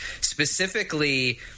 specifically